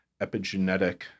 epigenetic